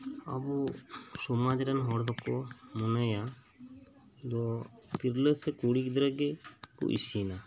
ᱟᱵᱚ ᱥᱚᱢᱟᱡᱽᱨᱮᱱ ᱦᱚᱲ ᱫᱚᱠᱚ ᱢᱚᱱᱮᱭᱟ ᱫᱚ ᱛᱤᱨᱞᱟᱹᱥᱮ ᱠᱩᱲᱤ ᱜᱤᱫᱽᱨᱟᱹᱜᱮ ᱠᱚ ᱤᱥᱤᱱᱟ